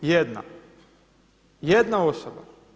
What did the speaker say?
Jedna, jedna osoba.